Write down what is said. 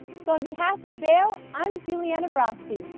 so on behalf of vail, i'm juliana broste,